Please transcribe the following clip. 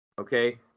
Okay